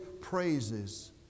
praises